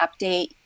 update